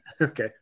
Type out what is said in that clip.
Okay